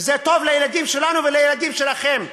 וזה טוב לילדים שלנו ולילדים שלכם.